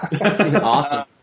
Awesome